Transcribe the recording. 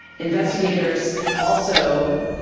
investigators also,